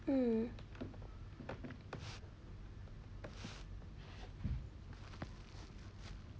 mm